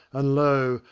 and lo,